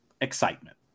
excitement